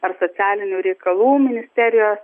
ar socialinių reikalų ministerijos